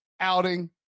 outing